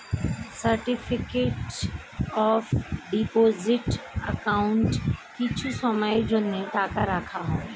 certificate of deposit অ্যাকাউন্টে কিছু সময়ের জন্য টাকা রাখা হয়